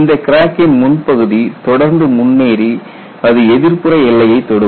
இந்த கிராக்கின் முன்பகுதி தொடர்ந்து முன்னேறி அது எதிர்ப்புற எல்லையைத் தொடும்